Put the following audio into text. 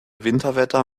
winterwetter